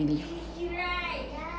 believe